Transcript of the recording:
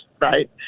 Right